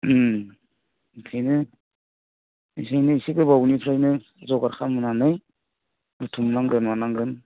उम बेनो बेखौनो एसे गोबावनिफ्रायनो जगार खालामनानै बुथुमनांगोन मानांगोन